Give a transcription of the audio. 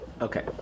Okay